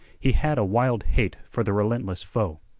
he had a wild hate for the relentless foe.